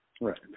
Right